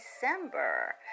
december